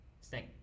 Snake